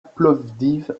plovdiv